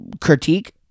critique